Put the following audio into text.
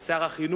את שר החינוך,